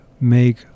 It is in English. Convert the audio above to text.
make